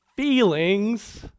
feelings